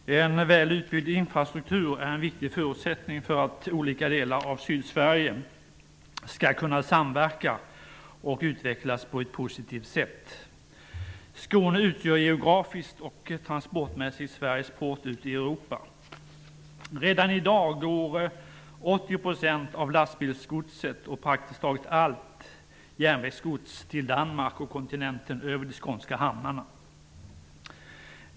Herr talman! En väl utbyggd infrastruktur är en viktig förutsättning för att olika delar av Sydsverige skall kunna samverka och utvecklas på ett positivt sätt. Skåne utgör geografiskt och transportmässigt Sveriges port ut till Europa. Redan i dag går 80 % av lastbilsgodset och praktiskt taget allt järnvägsgods till Danmark och kontinenten över de skånska hamnarna.